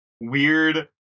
weird